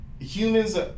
humans